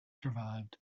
survived